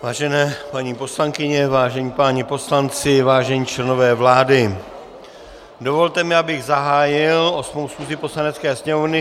Vážené paní poslankyně, vážení páni poslanci, vážení členové vlády, dovolte mi, abych zahájil osmou schůzi Poslanecké sněmovny.